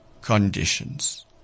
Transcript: conditions